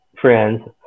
friends